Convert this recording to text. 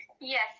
Yes